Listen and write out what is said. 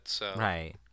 Right